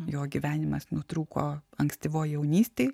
jo gyvenimas nutrūko ankstyvoj jaunystėj